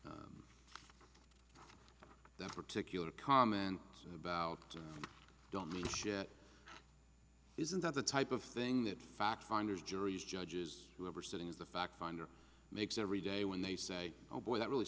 that particular comment about it don't mean shit isn't that the type of thing that fact finders juries judges who are sitting is the fact finder makes every day when they say oh boy that really